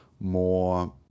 more